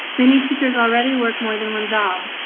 they need teachers already work more than one job.